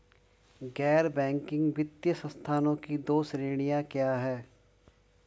गैर बैंकिंग वित्तीय संस्थानों की दो श्रेणियाँ क्या हैं?